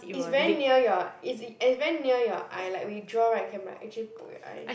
it's very near your it's it's very near your eye like when you draw [right] can like actually poke your eye